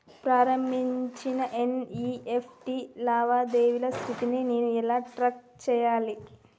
ప్రారంభించబడిన ఎన్.ఇ.ఎఫ్.టి లావాదేవీల స్థితిని నేను ఎలా ట్రాక్ చేయాలి?